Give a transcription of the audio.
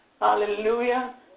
Hallelujah